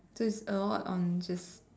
so it's a lot on just